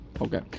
Okay